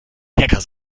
hacker